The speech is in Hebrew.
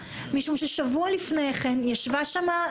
משום שבוע לפני כן היא ישבה שם,